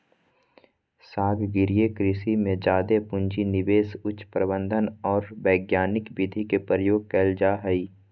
सागरीय कृषि में जादे पूँजी, निवेश, उच्च प्रबंधन और वैज्ञानिक विधि के प्रयोग कइल जा हइ